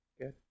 Good